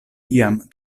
iam